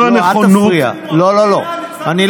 לא, אל תפריע.